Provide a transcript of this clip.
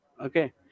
Okay